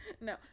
No